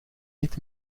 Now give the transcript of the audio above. niet